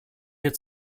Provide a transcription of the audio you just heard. wir